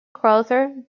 crowther